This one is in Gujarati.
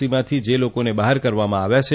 સીમાંથી જે લોકો બહાર કરવામાં આવ્યાં છે